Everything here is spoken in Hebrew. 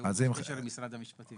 הוא בקשר עם משרד המשפטים.